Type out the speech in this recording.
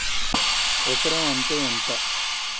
ఎకరం అంటే ఎంత?